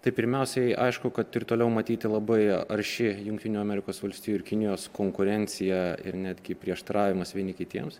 tai pirmiausiai aišku kad ir toliau matyti labai arši jungtinių amerikos valstijų ir kinijos konkurencija ir netgi prieštaravimas vieni kitiems